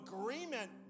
agreement